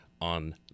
on